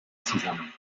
zusammen